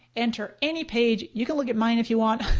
enter any page. you can look at mine if you want.